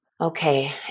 Okay